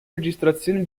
registrazioni